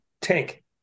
tank